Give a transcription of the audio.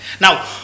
Now